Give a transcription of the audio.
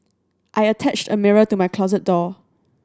I attached a mirror to my closet door